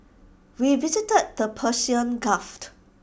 we visited the Persian gulf